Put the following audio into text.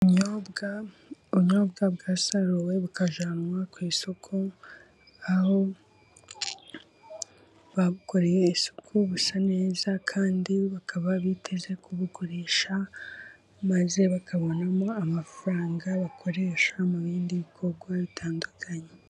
Ubunyobwa, ubunyobwa bwasaruwe, bukajyanwa ku isoko aho babukoreye isuku, busa neza kandi bakaba biteze kubukoresha, maze bakabonamo amafaranga bakoresha, mu bindi bikorwa bitandukanye.